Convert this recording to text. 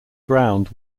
ground